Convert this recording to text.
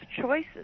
choices